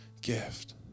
gift